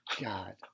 god